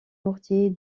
mortier